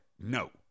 No